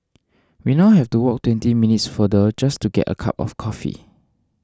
we now have to walk twenty minutes farther just to get a cup of coffee